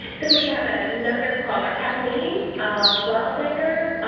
so, we have ah another caller kathleen wildenger.